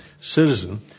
citizen